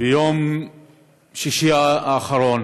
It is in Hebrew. ביום שישי האחרון